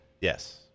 Yes